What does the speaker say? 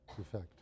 effect